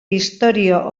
istorio